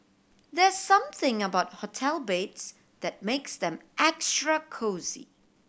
there's something about hotel beds that makes them extra cosy